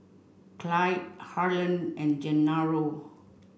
Clyde Harlen and Gennaro